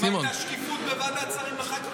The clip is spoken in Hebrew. אז יש לי רעיון, בוא נקים מינהלת.